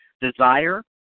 desire